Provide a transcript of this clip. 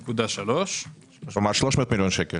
0.3. כלומר 300 מיליון שקל.